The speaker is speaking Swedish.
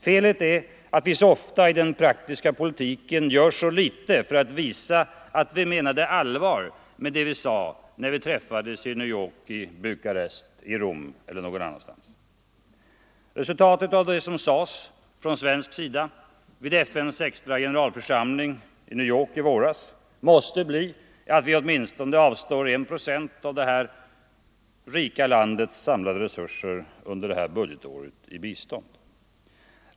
Felet är att vi så ofta i den praktiska politiken gör så litet för att visa att vi menade allvar med det vi sade när vi träffades i New York, i Bukarest, i Rom eller någon annanstans. Resultatet av det som sades från svensk sida vid FN:s extra generalförsamling i New York i våras måste bli att vi åtminstone avstår I procent av det här rika landets samlade resurser under detta budgetår i bistånd.